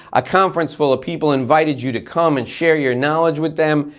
a conference full of people invited you to come and share your knowledge with them,